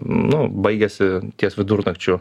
nu baigiasi ties vidurnakčiu